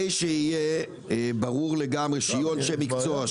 שיהיה ברור לגמרי שיהיו אנשי מקצוע,